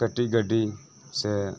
ᱠᱟᱹᱴᱤᱡ ᱜᱟᱰᱤ ᱥᱮ